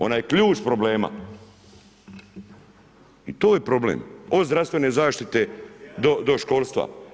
Ona je ključ problema i to je problem od zdravstvene zaštite do školstva.